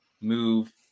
move